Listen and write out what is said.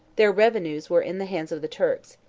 their revenues were in the hands of the turks,